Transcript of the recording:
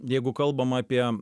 jeigu kalbam apie